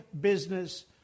business